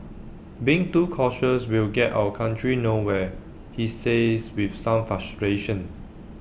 being too cautious will get our country nowhere he says with some frustration